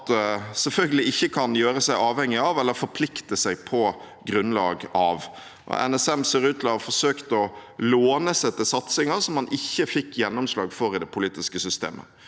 selvfølgelig ikke kan gjøre seg avhengig av eller forplikte seg på grunnlag av. NSM ser ut til å ha forsøkt å låne seg til satsinger som man ikke fikk gjennomslag for i det politiske systemet.